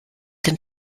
den